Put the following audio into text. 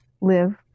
live